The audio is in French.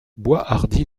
boishardy